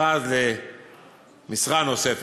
מכרז למשרה נוספת.